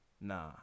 nah